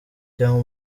cyangwa